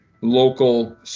local